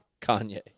Kanye